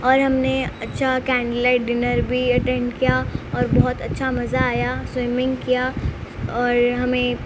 اور ہم نے اچھا کینڈل لائٹ ڈنر بھی اٹیند کیا اور بہت اچھا مزہ آیا سویمنگ کیا اور ہمیں